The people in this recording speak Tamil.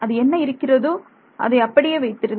அது என்ன இருக்கிறதோ அதை அப்படியே வைத்திருங்கள்